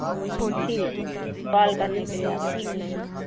ہاں ٹھیک ہے کال کرنے کے لیے آپ کا شکریہ